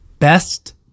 best